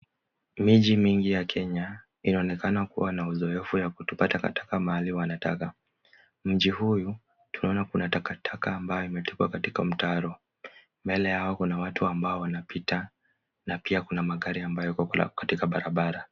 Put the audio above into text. Miji mingi ya Kenya, inaonekana kuwa na uzoefu wa kutupa taka mahali wanataka. Mji huu tunaona kuna taka iliyotupwa katika mtaro. Mbele kuna watu ambao wanapita na pia kuna magari ambayo hapo kwenye barabara.